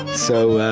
so